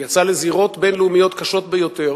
הוא יצא לזירות בין-לאומיות קשות ביותר,